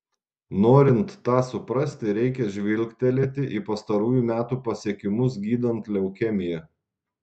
norint tą suprasti reikia žvilgtelėti į pastarųjų metų pasiekimus gydant leukemiją